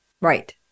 Right